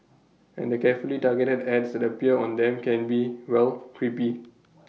and the carefully targeted ads that appear on them can be well creepy